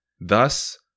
Thus